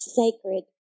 sacred